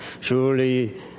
Surely